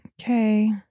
Okay